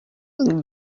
and